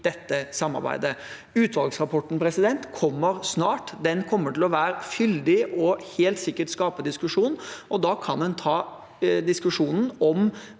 dette samarbeidet. Utvalgsrapporten kommer snart. Den kommer til å være fyldig og kommer helt sikkert til å skape diskusjon. Da kan en ta diskusjonen om